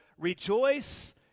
Rejoice